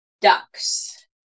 ducks